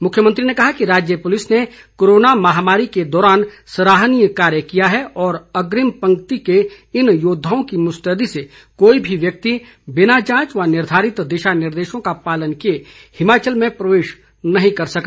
मुख्यमंत्री ने कहा कि राज्य पुलिस ने कोरोना महामारी के दौरान सराहनीय कार्य किया है और अग्रिम पंक्ति के इन योद्वाओं की मुस्तैदी से कोई भी व्यक्ति बिना जांच व निर्धारित दिशा निर्देशों का पालन किए हिमाचल में प्रवेश नहीं कर सका